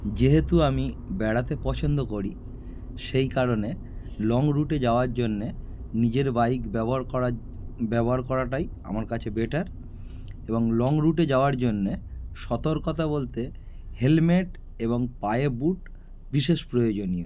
যেহেতু আমি বেড়াতে পছন্দ করি সেই কারণে লং রুটে যাওয়ার জন্যে নিজের বাইক ব্যবহার করা ব্যবহার করাটাই আমার কাছে বেটার এবং লং রুটে যাওয়ার জন্যে সতর্কতা বলতে হেলমেট এবং পায়ে বুট বিশেষ প্রয়োজনীয়